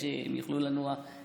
כדי שהם יוכלו לנוע.